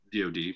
dod